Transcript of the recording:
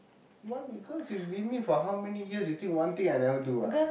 why because you been with me for how many years you think one thing I never do ah